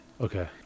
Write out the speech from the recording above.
Okay